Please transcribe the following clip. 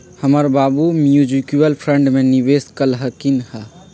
हमर बाबू mutual fund में निवेश कलखिंन्ह ह